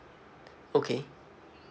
okay